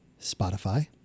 spotify